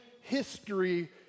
history